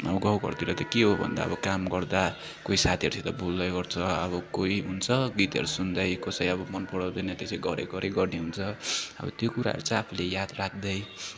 अब गाउँघरतिर त के हो भन्दा अब काम गर्दा कोही साथीहरूसित बोल्दै गर्छ अब कोही हुन्छ गीतहरू सुन्दै कसै अब मन पराउँदैन त्यसै गरे गरे गर्नेहुन्छ अब त्यो कुराहरू चाहिँ आफूले याद राख्दै